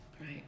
Right